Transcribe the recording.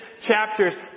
chapters